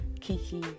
Kiki